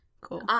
Cool